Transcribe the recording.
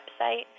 website